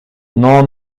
non